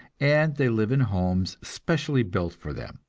and they live in homes specially built for them,